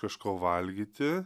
kažko valgyti